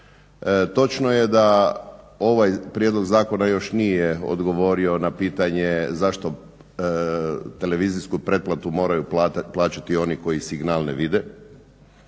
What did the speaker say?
Točno je da ovaj prijedlog zakona još nije odgovorio na pitanje zašto televizijsku pretplatu moraju plaćati oni koji signal ne vide.